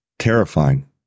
Terrifying